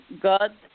God